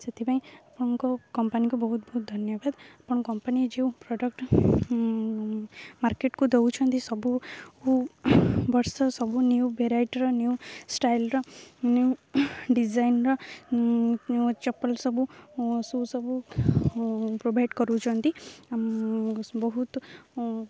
ସେଥିପାଇଁ ଆପଣଙ୍କ କମ୍ପାନୀକୁ ବହୁତ ବହୁତ ଧନ୍ୟବାଦ ଆପଣ କମ୍ପାନୀ ଯେଉଁ ପ୍ରଡ଼କ୍ଟ ମାର୍କେଟ୍କୁ ଦେଉଛନ୍ତି ସବୁ ବର୍ଷ ସବୁ ନ୍ୟୁ ଭେରାଇଟିର ନ୍ୟୁ ଷ୍ଟାଇଲ୍ର ନ୍ୟୁ ଡିଜାଇନ୍ର ଚପଲ ସବୁ ସୁ ସବୁ ପ୍ରୋଭାଇଡ଼ କରୁଛନ୍ତି ବହୁତ